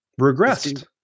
regressed